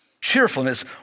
Cheerfulness